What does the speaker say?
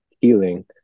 healing